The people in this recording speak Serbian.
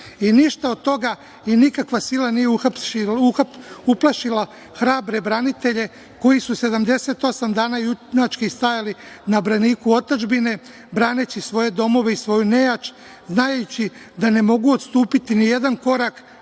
Ništa od toga i nikakva sila nije uplašila hrabre branitelje koji su 78 dana junački stajali na braniku otadžbine, braneći svoje domove i svoju nejač, znajući da ne mogu odstupiti ni jedan korak,